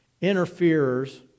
interferers